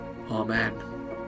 amen